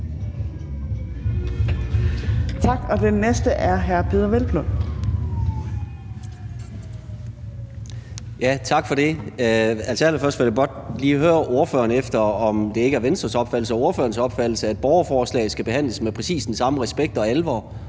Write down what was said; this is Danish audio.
Hvelplund. Kl. 15:46 Peder Hvelplund (EL): Tak for det. Allerførst vil jeg godt lige høre ordføreren, om det ikke er Venstres opfattelse og ordførerens opfattelse, at borgerforslag skal behandles med præcis den samme respekt og alvor